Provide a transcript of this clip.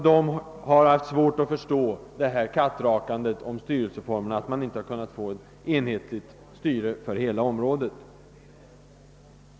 De har haft svårt att förstå kattrakandet om styrelseformerna och förstår inte att man inte kunnat få en enhetlig styrelse för hela området.